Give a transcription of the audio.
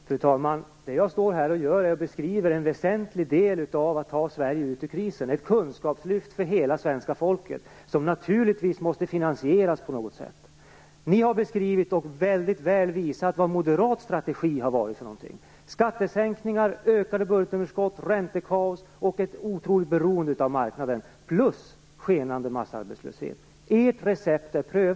Fru talman! Jag beskriver en väsentlig del av hur man tar Sverige ut ur krisen. Det är fråga om ett kunskapslyft för hela det svenska folket, och detta måste naturligtvis finansieras på något sätt. Ni har väldigt väl visat vad moderat strategi har bestått av: skattesänkningar, ökade budgetunderskott, räntekaos och ett otroligt starkt beroende av marknaden plus skenande massarbetslöshet. Ert recept är prövat.